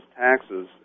taxes